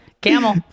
Camel